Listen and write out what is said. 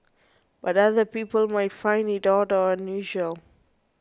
but other people might find it odd or unusual